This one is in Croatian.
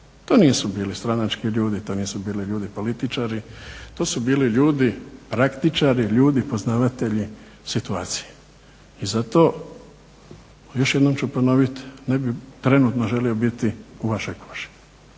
To nisu bili stranački ljudi, to nisu bili političari, to su bili ljudi praktičari, ljudi poznavatelji situacije, i zato još jednom ću ponoviti, ne bih trenutno želio biti u vašoj koži,